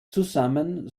zusammen